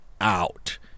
out